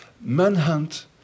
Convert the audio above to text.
manhunt